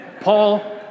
Paul